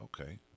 okay